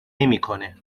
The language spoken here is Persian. نمیکنه